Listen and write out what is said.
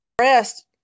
rest